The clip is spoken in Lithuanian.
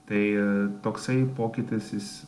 tai toksai pokytis jis